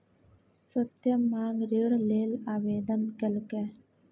सत्यम माँग ऋण लेल आवेदन केलकै